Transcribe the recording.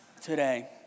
today